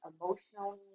emotionally